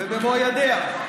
ובמו ידיה,